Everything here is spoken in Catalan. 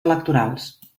electorals